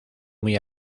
muy